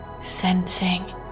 sensing